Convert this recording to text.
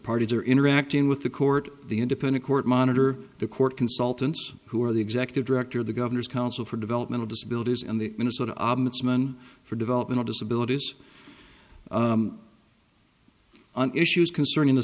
parties are interacting with the court the independent court monitor the court consultants who are the executive director of the governor's council for developmental disabilities in the minnesota mn for developmental disabilities and issues concerning the